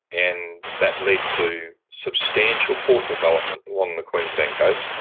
and that led to substantial port development along the queensland coast,